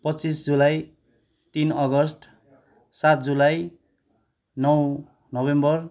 पच्चिस जुलाई तिन अगस्ट सात जुलाई नौ नोभेम्बर